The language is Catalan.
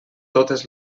totes